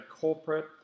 corporate